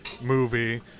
movie